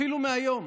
אפילו מהיום,